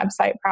website